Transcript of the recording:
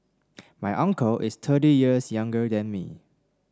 my uncle is thirty years younger than me